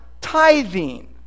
tithing